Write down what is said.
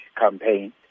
campaign